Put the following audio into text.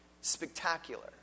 spectacular